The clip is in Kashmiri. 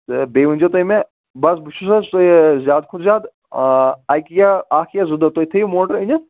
تہٕ بیٚیہِ ؤنۍزیٚو تُہی مےٚ بَس بہٕ چھُس حظ زیادٕ کھۅتہٕ زیادٕ آ اَکہِ یا اَکھ یا زٕ دۄہ تُہۍ تھٲوِو موٹر أنِتھ